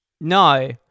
No